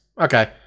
Okay